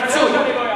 רצוי.